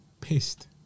Pissed